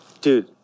dude